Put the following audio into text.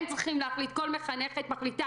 הם צריכים להחליט כל מחנכת מחליטה